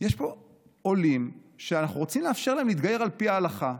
יש פה עולים שאנחנו רוצים לאפשר להם להתגייר על פי ההלכה,